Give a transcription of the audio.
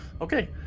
Okay